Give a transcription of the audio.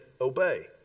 obey